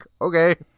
Okay